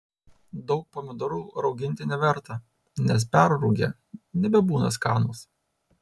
daug pomidorų rauginti neverta nes perrūgę nebebūna skanūs